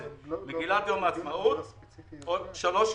מגילת יום העצמאות, או מספיק שלוש שורות?